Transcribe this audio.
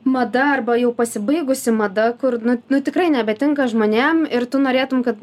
mada arba jau pasibaigusi mada kur nu nu tikrai nebetinka žmonėm ir tu norėtum kad